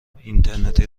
اینترنتی